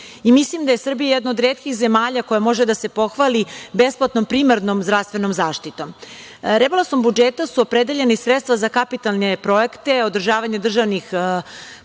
Mislim da je Srbija jedna od retkih zemalja koja može da se pohvali besplatnom primarnom zdravstvenom zaštitom. Rebalansom budžeta su opredeljena i sredstva za kapitalne projekte, održavanje državnih puteva,